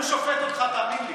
הוא שופט אותך, תאמין לי.